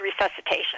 resuscitation